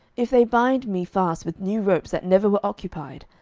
if they bind me fast with new ropes that never were occupied,